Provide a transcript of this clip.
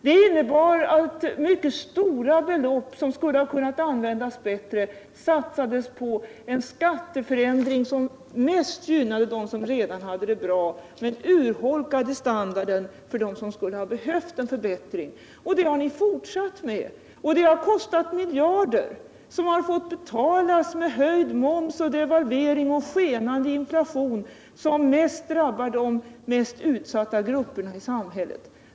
Det innebar att mycket stora belopp som skulle ha kunnat användas bättre satsades på en skatteförändring som mest gynnade dem som redan hade det bra men urholkade standarden för dem som skulle ha behövt en förbättring. Det har ni fortsatt med, och det har kostat miljarder som har fått betalas med höjd moms, devalvering och en skenande inflation som mest drabbar de mest utsatta grupperna i samhället.